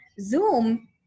zoom